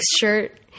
shirt